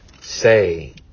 say